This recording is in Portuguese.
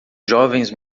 jovens